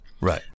right